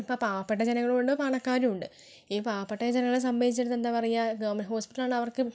ഇപ്പോൾ പാവപ്പെട്ട ജനങ്ങളും ഉണ്ട് പണക്കാരുമുണ്ട് ഈ പാവപ്പെട്ട ജനങ്ങളെ സംബന്ധിച്ചെടുത്ത് എന്താ പറയാ ഗവൺമെൻറ്റ് ഹോസ്പിറ്റൽ ആണ് അവർക്ക്